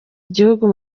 igihugu